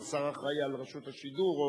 הוא השר האחראי לרשות השידור,